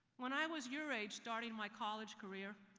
when i was your age, starting my college career,